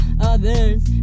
others